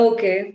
Okay